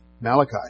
Malachi